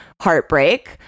heartbreak